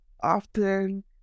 often